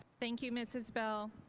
thank you, mrs. bell.